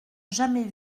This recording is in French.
jamais